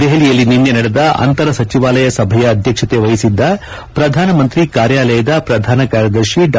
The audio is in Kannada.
ದೆಹಲಿಯಲ್ಲಿ ನಿನ್ನೆ ನಡೆದ ಅಂತರ ಸಚಿವಾಲಯ ಸಭೆಯ ಅಧ್ಯಕ್ಷತೆ ವಹಿಸಿದ್ದ ಪ್ರಧಾನಮಂತ್ರಿ ಕಾರ್ಯಾಲಯದ ಪ್ರಧಾನ ಕಾರ್ಯದರ್ಶಿ ಡಾ